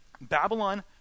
Babylon